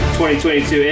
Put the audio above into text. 2022